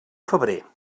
febrer